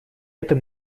этом